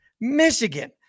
Michigan